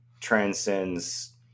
transcends